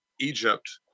Egypt